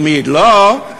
ומי שלא,